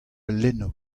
lenno